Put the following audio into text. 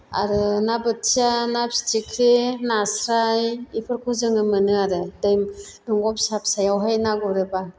आरो ना बोथिया ना फिथिख्रि नास्राय बेफोरखौ जोङो मोनो आरो दै दंग' फिसा फिसायावहाय ना गुरोब्ला